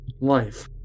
Life